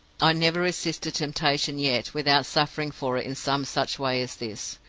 i never resisted temptation yet without suffering for it in some such way as this!